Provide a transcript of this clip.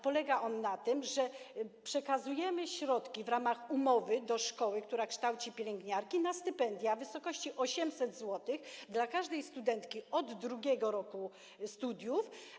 Polega on na tym, że przekazujemy środki w ramach umowy do szkoły, która kształci pielęgniarki, na stypendia w wysokości 800 zł dla każdej studentki od II roku studiów.